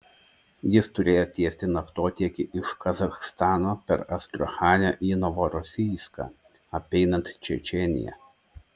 jis turėjo tiesti naftotiekį iš kazachstano per astrachanę į novorosijską apeinant čečėniją